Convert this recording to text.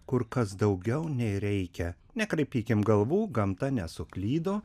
kur kas daugiau nei reikia nekraipykim galvų gamta nesuklydo